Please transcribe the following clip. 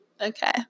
Okay